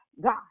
God